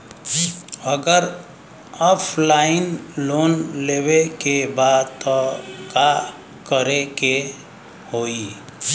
अगर offline loan लेवे के बा त का करे के होयी?